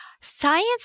Science